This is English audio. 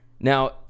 Now